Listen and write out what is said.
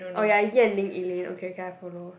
oh ya Yan-Ling Elane okay okay I follow